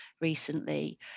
recently